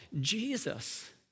Jesus